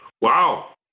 Wow